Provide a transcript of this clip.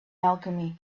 alchemy